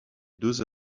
deux